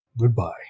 goodbye